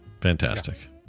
Fantastic